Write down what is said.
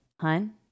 Hun